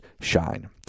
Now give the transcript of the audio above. shine